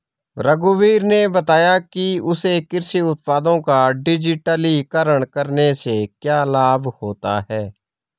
रघुवीर ने बताया कि उसे कृषि उत्पादों का डिजिटलीकरण करने से क्या लाभ होता है